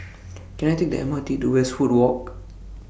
Can I Take The M R T to Westwood Walk